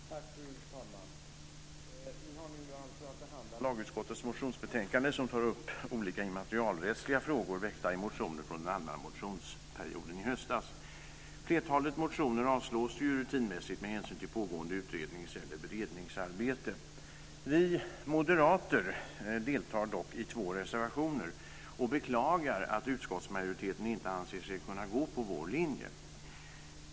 Fru talman! Vi har nu att behandla lagutskottets motionsbetänkande som tar upp olika immaterialrättliga frågor väckta i motioner från den allmänna motionstiden i höstas. Flertalet motioner avstyrks rutinmässigt med hänsyn till pågående utrednings eller beredningsarbete. Vi moderater deltar dock i två reservationer, och vi beklagar att utskottsmajoriteten inte anser sig kunna gå på vår linje.